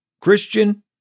Christian